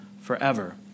forever